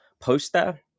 poster